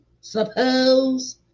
Suppose